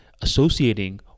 associating